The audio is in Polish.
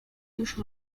już